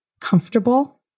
comfortable